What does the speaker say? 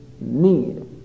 need